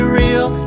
real